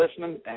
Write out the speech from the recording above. listening